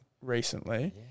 recently